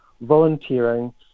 volunteering